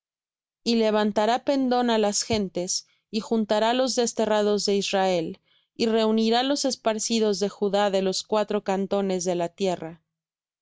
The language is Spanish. y levantará pendón á las gentes y juntará los desterrados de israel y reunirá los esparcidos de judá de los cuatro cantones de la tierra